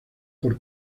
por